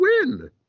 win